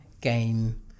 game